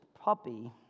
puppy